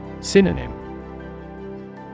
Synonym